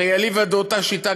הרי אליבא דאותה שיטה,